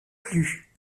plus